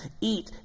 Eat